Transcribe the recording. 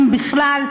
אם בכלל,